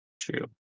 True